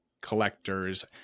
collectors